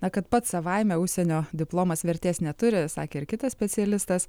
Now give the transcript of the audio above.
na kad pats savaime užsienio diplomas vertės neturi sakė ir kitas specialistas